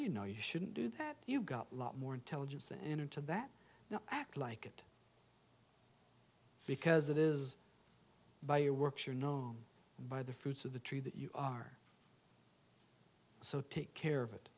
you know you shouldn't do that you've got a lot more intelligence than into that now act like it because it is by your works you know by the fruits of the tree that you are so take care of it